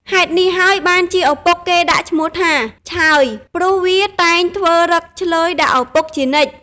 ហេតុនេះហើយបានជាឪពុកគេដាក់ឈ្មោះថា ឆើយ ព្រោះវាតែងធ្វើឫកឈ្លើយដាក់ឪពុកជានិច្ច ។